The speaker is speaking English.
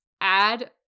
add